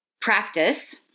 practice